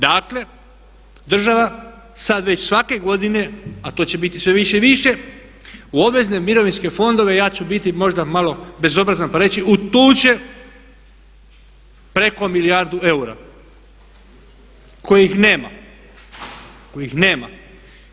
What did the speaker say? Dakle država sada već svake godine a to će biti sve više i više u obvezne mirovinske fondove ja ću biti možda malo bezobrazan pa reći utuće preko milijardu eura kojih nema, kojih nema.